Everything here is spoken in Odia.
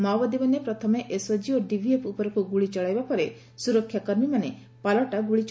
ମାଓବାଦୀମାନେ ପ୍ରଥମେ ଏସ୍ଓକି ଓ ଡିଭିଏଫ୍ ଉପରକୁ ଗୁଳି ଚଳାଇବା ପରେ ସୁରକ୍ଷାକର୍ମୀମାନେ ପାଲଟା ଗୁଳି ଚଳାଇଥିଲେ